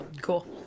Cool